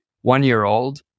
one-year-old